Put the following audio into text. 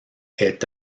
est